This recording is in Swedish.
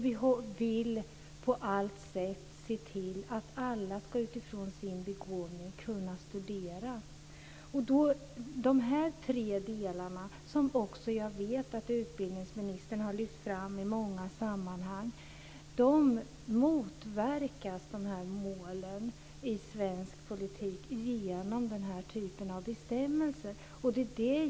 Vi vill på allt sätt se till att alla, utifrån sin begåvning, ska kunna studera. Jag vet att även utbildningsministern har lyft fram dessa tre delar i många sammanhang. Dessa mål för svensk politik motverkas genom denna typ av bestämmelser.